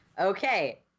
Okay